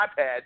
iPad